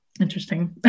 interesting